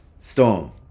Storm